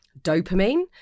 dopamine